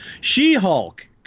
She-Hulk